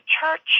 church